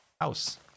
house